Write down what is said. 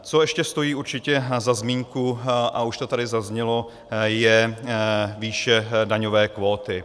Co ještě stojí určitě za zmínku, a už to tady zaznělo, je výše daňové kvóty.